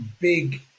big